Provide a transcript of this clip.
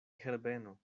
herbeno